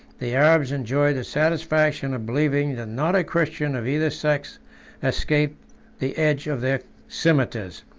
the arabs enjoyed the satisfaction of believing that not a christian of either sex escaped the edge of their cimeters.